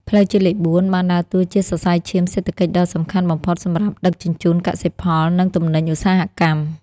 ផ្លូវជាតិលេខ ៤ បានដើរតួជាសរសៃឈាមសេដ្ឋកិច្ចដ៏សំខាន់បំផុតសម្រាប់ដឹកជញ្ជូនកសិផល និងទំនិញឧស្សាហកម្ម។